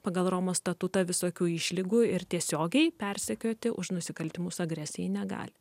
pagal romos statutą visokių išlygų ir tiesiogiai persekioti už nusikaltimus agresijai negali